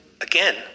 again